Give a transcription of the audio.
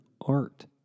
art